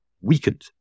weakened